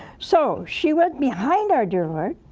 so she went behind our dear lord,